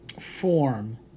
form